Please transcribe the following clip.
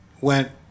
went